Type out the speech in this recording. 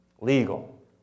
legal